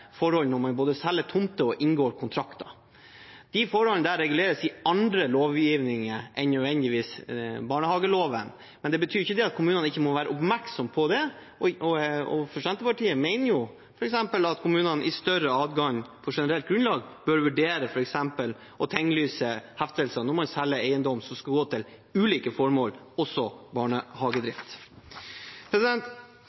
tomter og inngår kontrakter. De forholdene reguleres i annen lovgivning enn barnehageloven, men det betyr ikke at kommunene ikke må være oppmerksomme på det. Senterpartiet mener at kommunene på generelt grunnlag bør vurdere f.eks. å tinglyse heftelser når man selger eiendom som skal gå til ulike formål, også